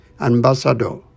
ambassador